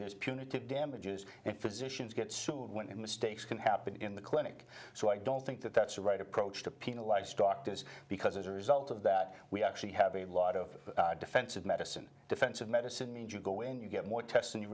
punitive damages and physicians get sued when mistakes can happen in the clinic so i don't think that that's the right approach to penalize doctors because as a result of that we actually have a lot of defensive medicine defensive medicine means you go in you get more tests and you